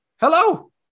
Hello